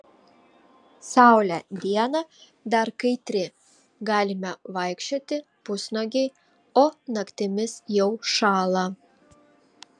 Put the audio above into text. saulė dieną dar kaitri galime vaikščioti pusnuogiai o naktimis jau šąla